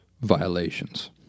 violations